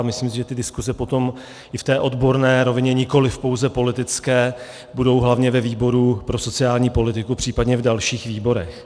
Myslím si, že ty diskuse potom i v odborné rovině, nikoliv pouze politické, budou hlavně ve výboru pro sociální politiku, případně v dalších výborech.